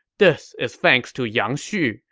this is thanks to yang xu.